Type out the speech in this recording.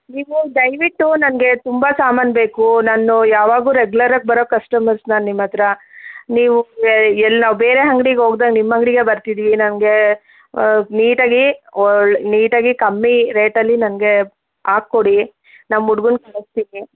ನೀವು ದಯವಿಟ್ಟು ನನಗೆ ತುಂಬ ಸಾಮಾನು ಬೇಕು ನಾನು ಯಾವಾಗಲೂ ರೆಗ್ಯುಲರ್ ಆಗಿ ಬರೋ ಕಸ್ಟಮರ್ಸ್ ನಾನು ನಿಮ್ಮ ಹತ್ತಿರ ನೀವು ಎಲ್ಲ ಬೇರೆ ಅಂಗಡಿಗೆ ಹೋಗದೆ ನಿಮ್ಮ ಅಂಗಡಿಗೆ ಬರ್ತಿದ್ದೀವಿ ನನಗೆ ನೀಟಾಗಿ ಓ ನೀಟಾಗಿ ಕಮ್ಮಿ ರೇಟಲ್ಲಿ ನನಗೆ ಹಾಕ್ಕೊಡಿ ನಮ್ಮ ಹುಡುಗನ್ನ ಕಳಿಸ್ತೀನಿ